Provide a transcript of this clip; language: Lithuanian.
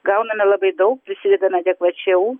gauname labai daug prisidedame adekvačiau